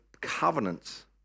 covenants